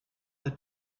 the